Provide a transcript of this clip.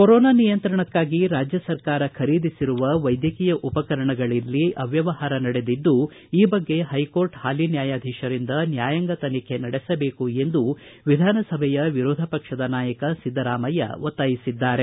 corona ನಿಯಂತ್ರಣಕ್ಕಾಗಿ ರಾಜ್ಯ ಸರ್ಕಾರ ಖರೀದಿಸಿರುವ ವೈದ್ವಕೀಯ ಉಪಕರಣಗಳಲ್ಲಿ ಅವ್ವವಹಾರ ನಡೆದಿದ್ದು ಈ ಬಗ್ಗೆ ಹೈಕೋರ್ಟ್ ಹಾಲಿ ನ್ವಾಯಾಧೀಶರಿಂದ ನ್ವಾಯಾಂಗ ತನಿಖೆ ನಡೆಸಬೇಕು ಎಂದು ವಿಧಾನಸಭೆಯ ವಿರೋಧ ಪಕ್ಷದ ನಾಯಕ ಸಿದ್ದರಾಮಯ್ತ ಒತ್ತಾಯಿಸಿದ್ದಾರೆ